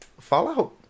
Fallout